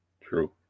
True